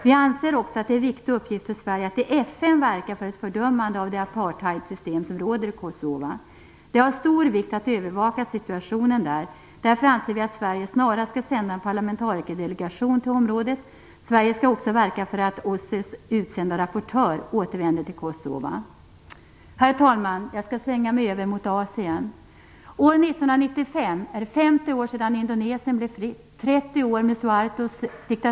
Vi anser också att det är en viktig uppgift för Sverige att i FN verka för ett fördömande av det apartheidsystem som råder i Kosova. Det är av stor vikt att situationen i Kosova övervakas. Därför anser vi att Sverige snarast skall sända en parlamentarikerdelegation till området. Sverige skall också verka för att OSSE:s utsända rapportör återvänder till Kosova. Herr talman! Jag skall nu vända mig mot Asien. År 1995 är det 50 år sedan Indonesien blev fritt. Indonesien har under den tiden genomlevt 30 år av Suhartos diktatur.